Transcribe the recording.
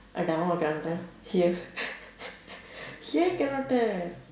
ah that one I can't tell here here cannot tell